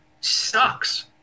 Sucks